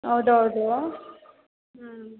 ಹೌದ್ ಹೌದು ಹ್ಞೂ